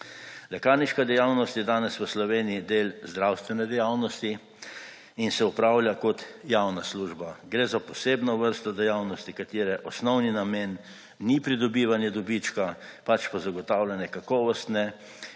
Lekarniška dejavnost je danes v Sloveniji del zdravstvene dejavnosti in se opravlja kot javna služba. Gre za posebno vrsto dejavnosti, katere osnovni namen ni pridobivanje dobička, pač pa zagotavljanje kakovostne